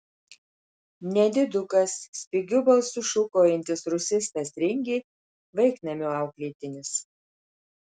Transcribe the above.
nedidukas spigiu balsu šūkaujantis rusistas ringė vaiknamio auklėtinis